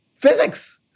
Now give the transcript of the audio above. physics